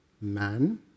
man